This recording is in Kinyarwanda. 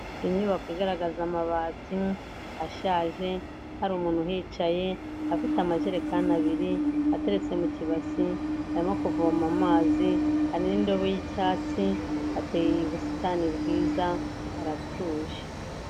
Ni inyubako igaragaza amabati ashaje hari umuntu uhicaye afite amajerekani abiri ateretse mu kibasi arimo kuvoma amazi hari n'indobo y'icyatsi hateye ubusitani bwiza haratuje.